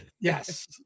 Yes